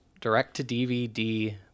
direct-to-DVD